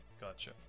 Gotcha